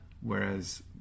whereas